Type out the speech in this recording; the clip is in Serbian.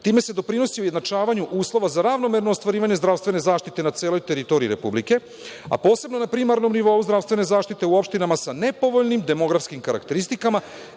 Time se doprinosti ujednačavanju uslova za ravnomerno ostvarivanje zdravstvene zaštite na celoj teritoriji Republike, a posebno na primarnom nivou zdravstvene zaštite u opštinama sa nepovoljnim demografskim karakteristikama